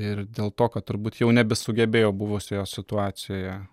ir dėl to kad turbūt jau nebesugebėjau buvusioje situacijoje